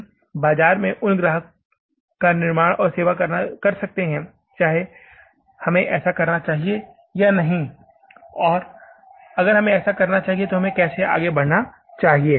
अगर हम बाजार में उन ग्राहकों का निर्माण और सेवा कर सकते हैं चाहे हमें ऐसा करना चाहिए या नहीं और अगर हमें यह करना चाहिए कि हमें आगे कैसे बढ़ना चाहिए